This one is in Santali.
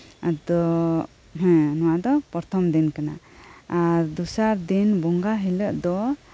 ᱟᱫᱚ ᱦᱮᱸ ᱱᱚᱣᱟ ᱫᱚ ᱯᱚᱨᱛᱷᱚᱢ ᱫᱤᱱ ᱠᱟᱱᱟ ᱟᱨ ᱫᱚᱥᱟᱨᱫᱤᱱ ᱵᱚᱸᱜᱟ ᱦᱤᱞᱟᱹᱜ ᱫᱚ